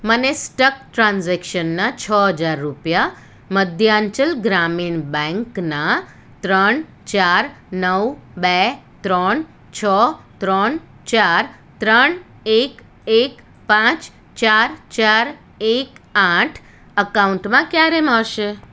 મને સ્ટક ટ્રાન્ઝેક્શનના છ હજાર રૂપિયા મધ્યાંચલ ગ્રામીણ બેંકના ત્રણ ચાર નવ બે ત્રણ છ ત્રણ ચાર ત્રણ એક એક પાંચ ચાર ચાર એક આઠ અકાઉન્ટમાં ક્યારે મળશે